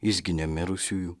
jis gi ne mirusiųjų